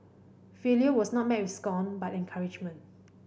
failure was not met with scorn but encouragement